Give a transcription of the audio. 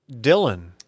Dylan